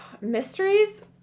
mysteries